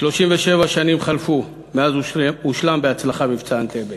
37 שנים חלפו מאז הושלם בהצלחה "מבצע אנטבה"